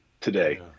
today